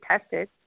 tested